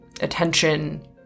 attention